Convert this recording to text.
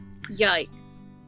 Yikes